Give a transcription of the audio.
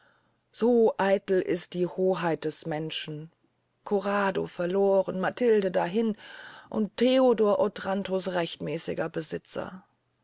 so eitel ist die hoheit der menschen corrado verloren matilde dahin und theodor otranto's rechtmäßiger besitzer